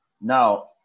Now